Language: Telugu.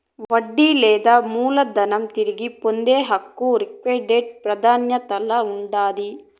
వడ్డీ లేదా మూలధనం తిరిగి పొందే హక్కు లిక్విడేట్ ప్రాదాన్యతల్ల ఉండాది